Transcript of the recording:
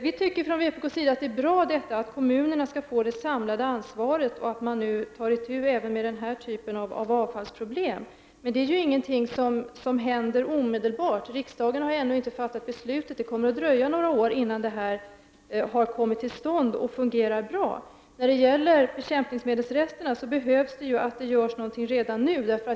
Vi i vpk tycker att det är bra att kommunerna skall få det samlade ansvaret och att man nu även tar itu med den här typen av avfallsproblem. Men det är ingenting som händer omedelbart. Riksdagen har ju ännu inte fattat beslutet. Det kommer att dröja några år innan detta har kommit till stånd och fungerar bra. När det gäller bekämpningsmedelsresterna är det nödvändigt att det görs något redan nu.